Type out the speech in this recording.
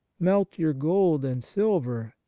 melt your gold and silver,